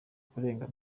kurenga